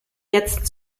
jetzt